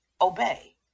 obey